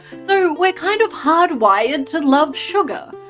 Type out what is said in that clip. so we're kind of hardwired to love sugar.